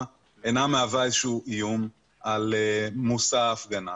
אינה מהווה איזשהו איום על מושא ההפגנה.